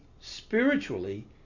spiritually